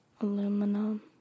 Aluminum